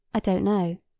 i don't know.